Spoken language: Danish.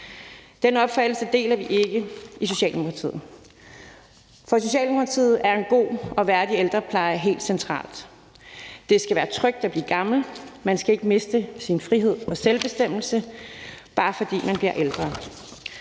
Den opfattelse deler vi ikke i Socialdemokratiet. For Socialdemokratiet er en god og værdig ældrepleje helt centralt. Det skal være trygt at blive gammel, og man skal ikke miste sin frihed og selvbestemmelse, bare fordi man bliver ældre.